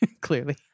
Clearly